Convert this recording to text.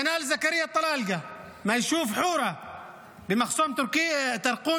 כנ"ל זקריא אלטלאלקה מהיישוב חורה במחסום תרקומיא,